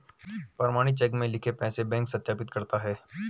प्रमाणित चेक में लिखे पैसे बैंक सत्यापित करता है